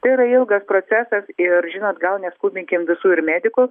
tai yra ilgas procesas ir žinot gal neskubinkim visų ir medikų